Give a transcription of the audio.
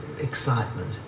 excitement